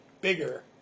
bigger